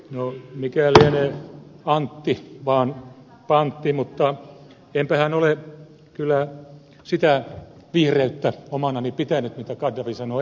no mikä lienee antti vaan pantti mutta enpähän ole kyllä sitä vihreyttä omanani pitänyt mitä gaddafi sanoo edustavansa